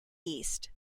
east